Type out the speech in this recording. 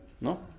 no